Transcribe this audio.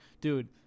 Dude